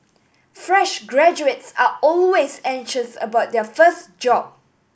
fresh graduates are always anxious about their first job